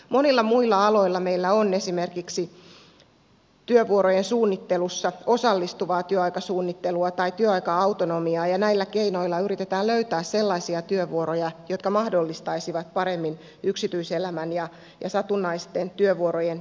monilla muilla aloilla meillä on esimerkiksi työvuorojen suunnittelussa osallistuvaa työaikasuunnittelua tai työaika autonomiaa ja näillä keinoilla yritetään löytää sellaisia työvuoroja jotka mahdollistaisivat paremmin yksityiselämän ja satunnaisten työvuorojen yhteensovittamisen